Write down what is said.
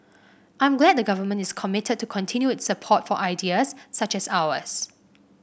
I'm glad the Government is committed to continue its support for ideas such as ours